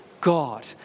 God